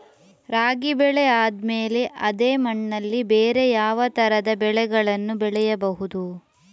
ರಾಗಿ ಬೆಳೆ ಆದ್ಮೇಲೆ ಅದೇ ಮಣ್ಣಲ್ಲಿ ಬೇರೆ ಯಾವ ತರದ ಬೆಳೆಗಳನ್ನು ಬೆಳೆಯಬಹುದು?